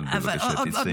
אבל בבקשה תסיימי.